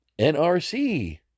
nrc